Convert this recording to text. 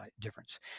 difference